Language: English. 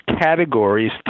categories